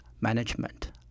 management